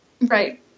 Right